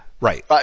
right